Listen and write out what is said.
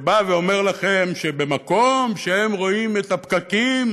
שבא ואומר לכם: במקום שהם רואים את הפקקים